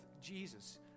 Jesus